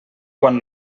quan